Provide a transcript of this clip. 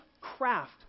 craft